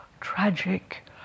tragic